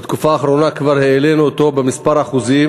בתקופה האחרונה כבר העלינו אותו בכמה אחוזים,